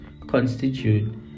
constitute